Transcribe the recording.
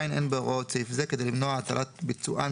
אין בהוראות סעיף זה כדי למנוע הטלת ביצוען